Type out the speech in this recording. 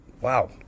Wow